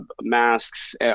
masks